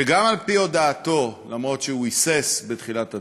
שגם על-פי הודעתו, גם אם הוא היסס בתחילת הדרך,